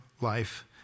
life